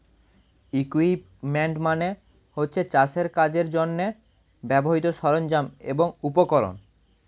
equipment মানে হচ্ছে চাষের কাজের জন্যে ব্যবহৃত সরঞ্জাম এবং উপকরণ